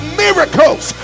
miracles